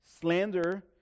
slander